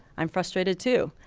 i'm frustrated too.